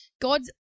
God's